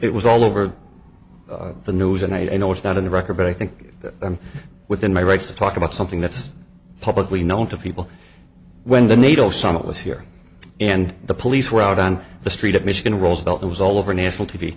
it was all over the news and i know it's not in the record but i think i'm within my rights to talk about something that's publicly known to people when the nato summit was here and the police were out on the street at michigan roosevelt it was all over national t